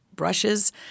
Brushes